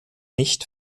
nicht